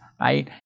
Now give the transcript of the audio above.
right